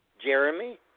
Jeremy